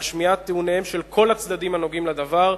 על שמיעת טיעוניהם של כל הצדדים הנוגעים לדבר,